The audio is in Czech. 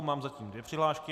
Mám zatím dvě přihlášky.